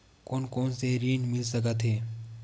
कोन कोन से ऋण मिल सकत हे?